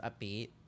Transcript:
upbeat